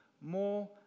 more